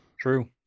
True